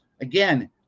again